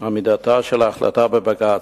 עמידתה של ההחלטה בבג"ץ.